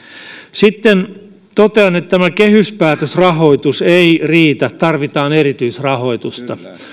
sitten totean että kehyspäätösrahoitus ei riitä tarvitaan erityisrahoitusta